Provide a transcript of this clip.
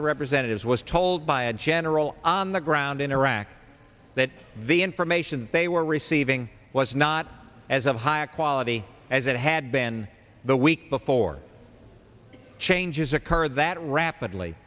of representatives was told by a general on the ground in iraq that the information they were receiving was not as of high quality as it had been the week before changes occur that rapidly